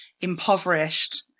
impoverished